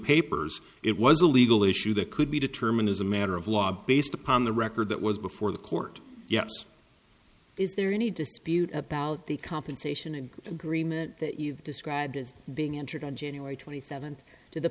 papers it was a legal issue that could be determined as a matter of law based upon the record that was before the court yes is there any dispute about the compensation and agreement that you described as being entered on january twenty seventh to the